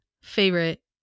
favorite